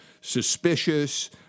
suspicious